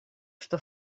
что